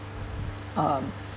um